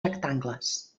rectangles